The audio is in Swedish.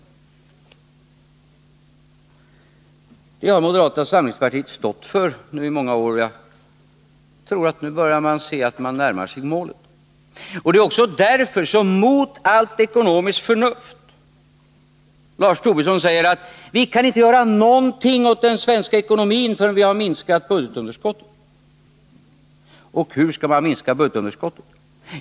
Detta har moderata samlingspartiet stått för i många år, och jag tror att man nu ser att man börjar närma sig målet. Det är också därför, mot allt ekonomiskt förnuft, som Lars Tobisson säger: Vi kan inte göra någonting åt den svenska ekonomin förrän vi har minskat budgetunderskottet. Och hur skall man minska budgetunderskottet?